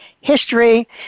history